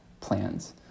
plans